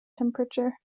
temperature